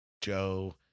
Joe